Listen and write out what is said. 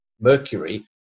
mercury